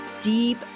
deep